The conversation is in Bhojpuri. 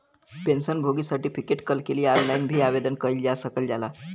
पेंशन भोगी सर्टिफिकेट कल लिए ऑनलाइन भी आवेदन कइल जा सकल जाला